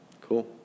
cool